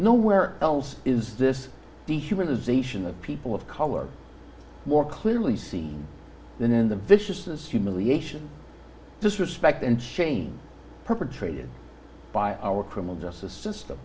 nowhere else is this dehumanization of people of color more clearly seen than in the viciousness humiliation disrespect and shane perpetrated by our criminal justice system